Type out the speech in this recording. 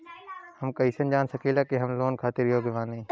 हम कईसे जान सकिला कि हम लोन खातिर योग्य बानी?